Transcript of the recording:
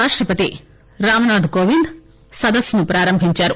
రాష్టపాటి రామనాధ్ కోవింద్ సదస్సును ప్రారంభించారు